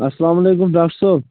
اَسلام علیکُم ڈاکٹر صٲب